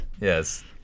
Yes